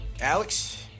Alex